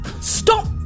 Stop